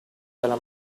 dalla